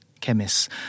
chemist